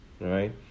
right